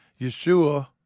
Yeshua